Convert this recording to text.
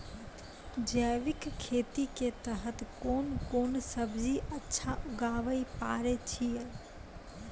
जैविक खेती के तहत कोंन कोंन सब्जी अच्छा उगावय पारे छिय?